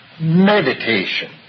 meditation